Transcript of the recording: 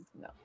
no